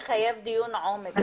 אני חושבת שזה מחייב דיון עומק.